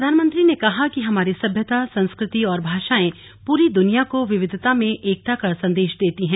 प्रधानमंत्री ने कहा कि हमारी सभ्यता संस्कृति और भाषाएं प्ररी दुनिया को विविधता में एकता का संदेश देती हैं